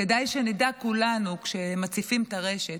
כדאי שנדע כולנו, כשמציפים את הרשת,